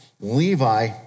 Levi